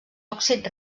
òxid